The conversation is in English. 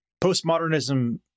Postmodernism